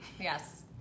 Yes